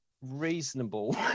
reasonable